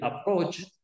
approach